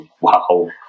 wow